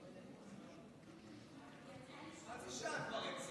כבר חצי שעה אין שר.